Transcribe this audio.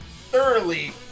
thoroughly